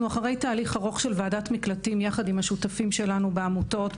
אנחנו אחרי תהליך ארוך של ועדת מקלטים יחד עם השותפים שלנו בעמותות,